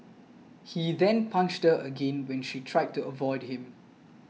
he then punched her again when she tried to avoid him